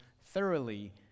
thoroughly